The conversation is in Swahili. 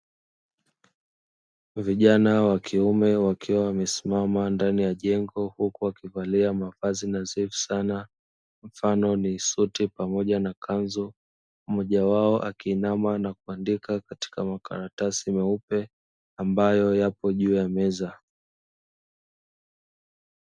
Vijana wa kiume wakiwa wamesimama ndani ya jengo huku wakivali mavazi nadhifu sana, mfano ni suti pamoja na kanzu. Mmoja wao akiinama na kuandika katika makaratasi meupe ambayo yapo juu ya meza.